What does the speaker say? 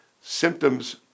symptoms